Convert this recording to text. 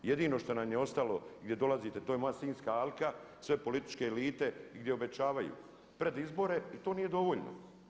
Jedino što nam je ostalo gdje dolazite to je moja Sinjska alka, sve političke elite gdje obećavaju pred izbore i to nije dovoljno.